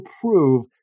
prove